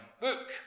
book